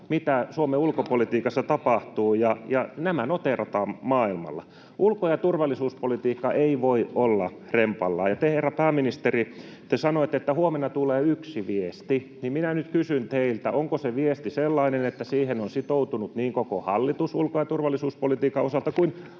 mitä Suomen ulkopolitiikassa tapahtuu. Nämä noteerataan maailmalla. Ulko- ja turvallisuuspolitiikka ei voi olla rempallaan. Herra pääministeri, te sanoitte, että huomenna tulee yksi viesti. Minä nyt kysyn teiltä: Onko se viesti sellainen, että siihen ovat sitoutuneet niin koko hallitus ulko- ja turvallisuuspolitiikan osalta kuin